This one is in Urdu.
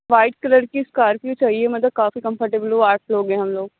وائٹ کلر کی اسکارپیو چاہیے مطلب کافی کمفرٹیبل ہو آٹھ لوگ ہیں ہم لوگ